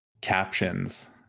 captions